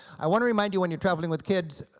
i want to remind you, when you're traveling with kids,